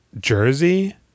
Jersey